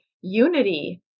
unity